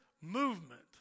movement